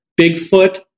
Bigfoot